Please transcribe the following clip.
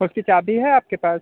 उसकी चाबी है आपके पास